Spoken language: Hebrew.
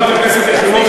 חברת הכנסת יחימוביץ,